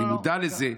שאני מודע לזה,